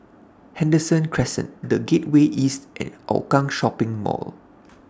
Henderson Crescent The Gateway East and Hougang Green Shopping Mall